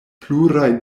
pluraj